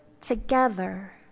together